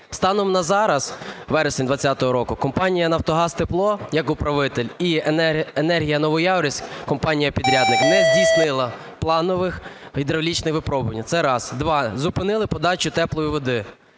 Станом на зараз, вересень 2020 року, компанія "Нафтогаз Тепло" як управитель і "Енергія-Новояворівськ" (компанія підрядник) не здійснила планових гідравлічних випробувань. Це раз. Два. Зупинили подачу теплої води.